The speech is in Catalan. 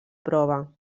prova